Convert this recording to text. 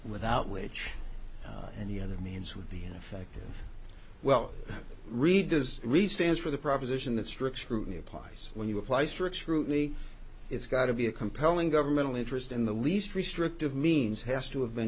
without which and the other means would be in effect well read as reasons for the proposition that strict scrutiny applies when you apply strict scrutiny it's got to be a compelling government interest in the least restrictive means has to have been